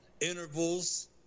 intervals